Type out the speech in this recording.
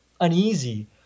uneasy